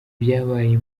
byabaye